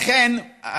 לכן,